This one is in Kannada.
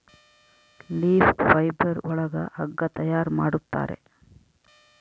ಲೀಫ್ ಫೈಬರ್ ಒಳಗ ಹಗ್ಗ ತಯಾರ್ ಮಾಡುತ್ತಾರೆ